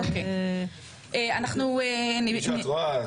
כפי שאת רואה,